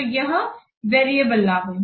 तो यह वेरिएबल लाभ है